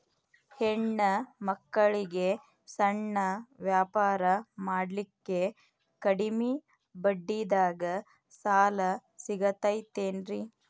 ಹೆಣ್ಣ ಮಕ್ಕಳಿಗೆ ಸಣ್ಣ ವ್ಯಾಪಾರ ಮಾಡ್ಲಿಕ್ಕೆ ಕಡಿಮಿ ಬಡ್ಡಿದಾಗ ಸಾಲ ಸಿಗತೈತೇನ್ರಿ?